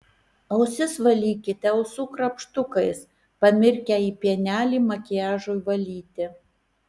ausis valykite ausų krapštukais pamirkę į pienelį makiažui valyti